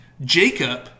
Jacob